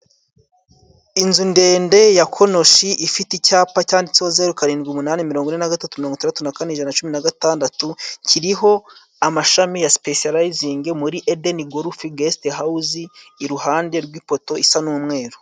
Inzu ndende ya konoshi ifite icyapa cyanditseho, zeru karindwi umunani mirongo ine nagatatu mirongo itandatu nakane ijana cumi nagatandatu, kiriho amashami ya sipesiyarizingi muri edeni gorifu gesiti house, iruhande rw'ipoto isa n'umweru.